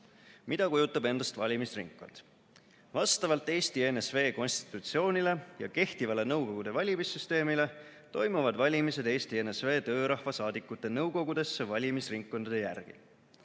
Mida kujutab endast valimisringkond? Vastavalt Eesti NSV Konstitutsioonile ja kehtivale nõukogude valimissüsteemile toimuvad valimised Eesti NSV töörahva saadikute nõukogudesse valimisringkondade järgi.